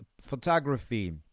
photography